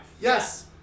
Yes